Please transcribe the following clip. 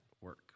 work